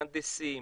מהנדסים,